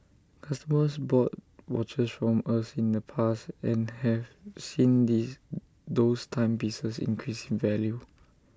customers bought watches from us in the past and have seen these those timepieces increase in value